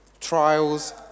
Trials